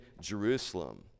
Jerusalem